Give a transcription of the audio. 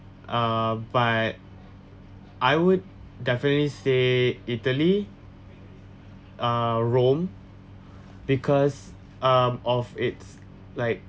ah but I would definitely say italy uh rome because um of its like